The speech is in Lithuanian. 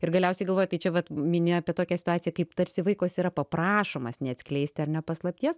ir galiausiai galvoja tai čia vat mini apie tokią situaciją kaip tarsi vaikas yra paprašomas neatskleisti ar ne paslapties